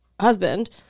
husband